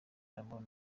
d’amour